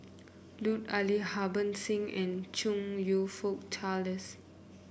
Lut Ali Harbans Singh and Chong You Fook Charles